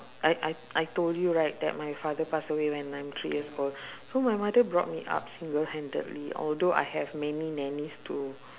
I I I told your right that my father pass away when I'm three years old so my mother brought me up single handedly although I have many nannies to